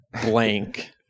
blank